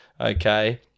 Okay